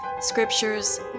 scriptures